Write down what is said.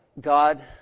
God